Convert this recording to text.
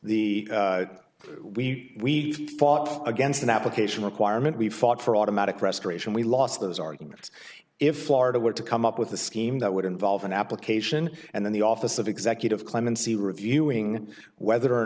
the we fought against an application requirement we fought for automatic restoration we lost those arguments if florida were to come up with a scheme that would involve an application and then the office of executive clemency reviewing whether or